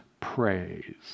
praise